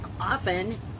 often